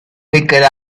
because